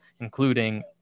including